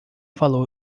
falou